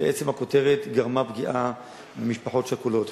ועצם הכותרת גרמה פגיעה למשפחות שכולות.